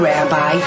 Rabbi